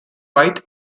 white